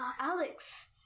Alex